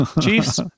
Chiefs